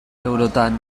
eurotan